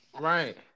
Right